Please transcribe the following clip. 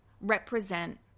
represent